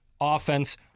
offense